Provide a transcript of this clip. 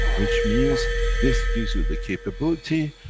which means this gives you the capability,